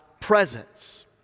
presence